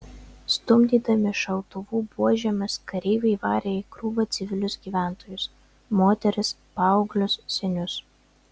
stumdydami šautuvų buožėmis kareiviai varė į krūvą civilius gyventojus moteris paauglius senius